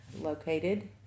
located